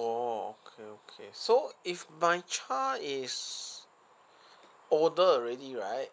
orh okay okay so if my child is older already right